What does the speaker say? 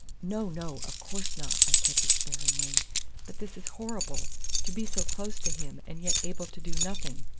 no, no, of course not, i said despairingly but this is horrible to be so close to him and yet able to do nothing!